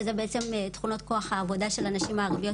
שזה בעצם תכונות כוח העבודה של הנשים הערביות